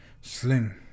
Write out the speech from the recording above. Sling